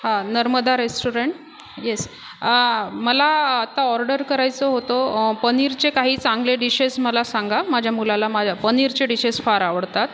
हां Narmada restaurant yes मला आत्ता ऑर्डर करायचं होतं पनीरचे काही चांगले डिशेस् मला सांगा माझ्या मुलाला माझ्या पनीरचे डिशेस् फार आवडतात